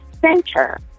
center